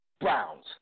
Browns